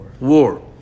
war